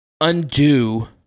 undo